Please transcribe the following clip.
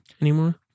anymore